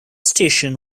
station